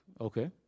okay